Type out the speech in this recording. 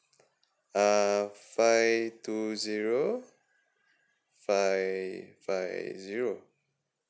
uh five two zero five five zero